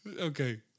Okay